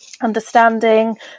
understanding